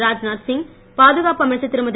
ராஜ்நாத் சிங் பாதுகாப்பு அமைச்சர் திருமதி